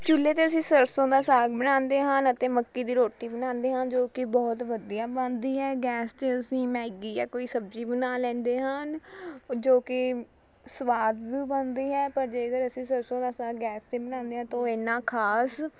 ਚੁੱਲ੍ਹੇ 'ਤੇ ਅਸੀਂ ਸਰਸੋਂ ਦਾ ਸਾਗ ਬਣਾਉਂਦੇ ਹਨ ਅਤੇ ਮੱਕੀ ਦੀ ਰੋਟੀ ਬਣਾਉਂਦੇ ਹਾਂ ਜੋ ਕਿ ਬਹੁਤ ਵਧੀਆ ਬਣਦੀ ਹੈ ਗੈਸ 'ਤੇ ਅਸੀਂ ਮੈਗੀ ਜਾਂ ਕੋਈ ਸਬਜ਼ੀ ਬਣਾ ਲੈਂਦੇ ਹਨ ਜੋ ਕਿ ਸਵਾਦ ਵੀ ਬਣਦੀ ਹੈ ਪਰ ਜੇਕਰ ਅਸੀਂ ਸਰਸੋਂ ਦਾ ਸਾਗ ਗੈਸ 'ਤੇ ਬਣਾਉਂਦੇ ਹਾਂ ਤਾਂ ਉਹ ਇੰਨਾ ਖਾਸ